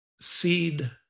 seed